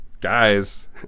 Guys